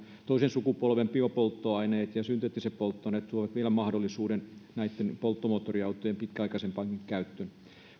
toisen sukupolven biopolttoaineet ja synteettiset polttoaineet tuovat vielä mahdollisuuden näitten polttomoottoriautojen pitkäaikaisempaankin käyttöön